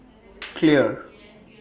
Clear